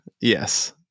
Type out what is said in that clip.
Yes